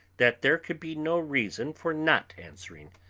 that there could be no reason for not answering,